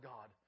God